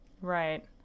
right